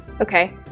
okay